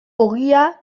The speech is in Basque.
ogia